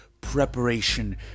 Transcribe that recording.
preparation